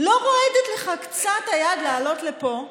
לא רועדת לך קצת היד לעלות לפה בזמן,